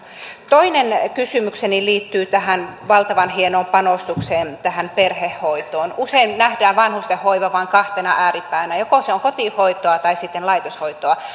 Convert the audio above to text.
toinen kysymykseni liittyy tähän valtavan hienoon panostukseen perhehoitoon usein nähdään vanhustenhoiva vain kahtena ääripäänä joko se on kotihoitoa tai sitten laitoshoitoa